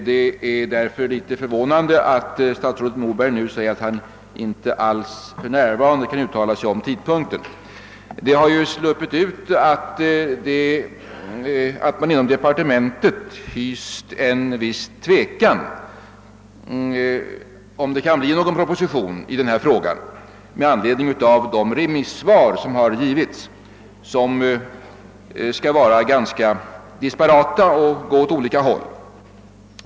Det är därför litet förvånande att statsrådet Moberg nu säger att han för närvarande inte alls kan uttala sig om tidpunkten. Det har ju sluppit ut att man inom departementet hyst en viss tvekan huruvida det kunde bli någon proposition i denna fråga — detta med anledning av att remissvaren varit så disparata och gått i så olika riktningar.